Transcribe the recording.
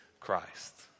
Christ